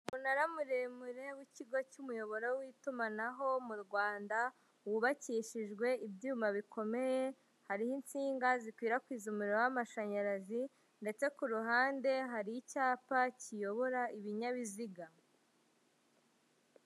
Umunara muremure w'ikigo cy'umuyoboro w'itumanaho mu Rwanda wubakishijwe ibyuma bikomeye, hariho inshinga zikwirakwiza umuriro w'amashanyarazi ndetse ku ruhande hari icyapa kiyobora ibinyabiziga.